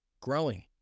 growing